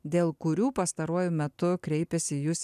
dėl kurių pastaruoju metu kreipėsi į jus